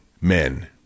men